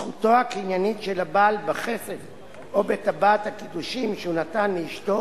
זכותו הקניינית של הבעל בכסף או בטבעת הקידושים שהוא נתן לאשתו,